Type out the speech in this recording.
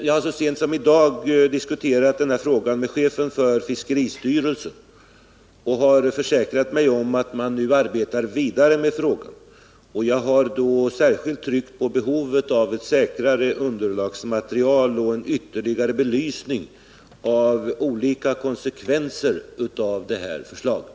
Jag har så sent som i dag diskuterat den här frågan med chefen för fiskeristyrelsen, och jag har försäkrat mig om att man nu arbetar vidare med den. Jag har då särskilt tryckt på behovet av ett säkrare underlagsmaterial och en ytterligare belysning av olika konsekvenser av det här förslaget.